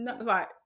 right